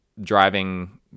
driving